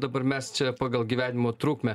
dabar mes čia pagal gyvenimo trukmę